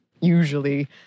usually